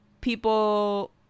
people